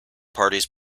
parties